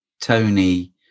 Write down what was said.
tony